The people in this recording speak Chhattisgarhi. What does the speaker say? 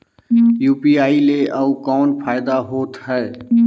यू.पी.आई ले अउ कौन फायदा होथ है?